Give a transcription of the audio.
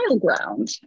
ground